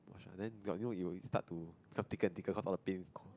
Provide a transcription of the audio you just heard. wah ah then your you know you will start to become thicker and thicker cause all the paint